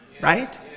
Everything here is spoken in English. Right